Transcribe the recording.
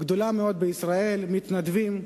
גדולה מאוד בישראל, מתנדבים.